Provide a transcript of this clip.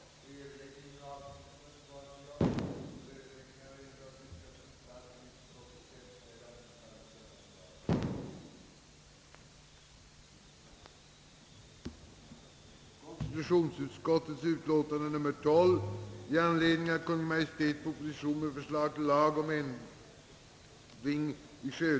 Undertecknad anhåller härmed om ledighet från riksdagsarbetet den 21 och den 22 februari för att deltaga i sammanträde med Nordiska rådets trafikutskott i Oslo. Undertecknad anhåller härmed att på grund av utlandsvistelse få tjänstledighet från riksdagsarbetet under tiden den 7—den 17 mars 1967.